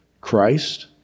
Christ